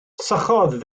sychodd